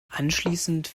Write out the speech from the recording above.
anschließend